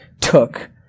took